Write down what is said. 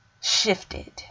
shifted